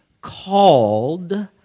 called